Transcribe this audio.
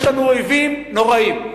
יש לנו אויבים נוראים,